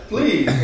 Please